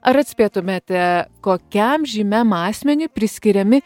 ar atspėtumėte kokiam žymiam asmeniui priskiriami